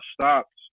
stopped